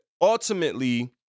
ultimately